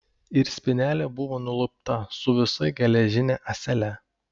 ir spynelė buvo nulupta su visa geležine ąsele